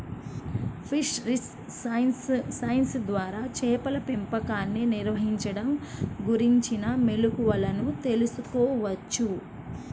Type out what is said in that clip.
fisheries science ద్వారా చేపల పెంపకాన్ని నిర్వహించడం గురించిన మెళుకువలను తెల్సుకోవచ్చు